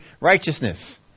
righteousness